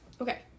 Okay